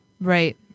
Right